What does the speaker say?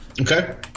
Okay